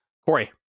Corey